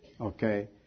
okay